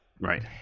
Right